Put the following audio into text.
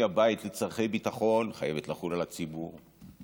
הבית לצורכי ביטחון חייבת לחול על הציבור.